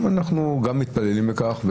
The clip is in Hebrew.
אנחנו גם מתפללים לכך,